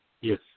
Yes